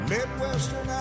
Midwestern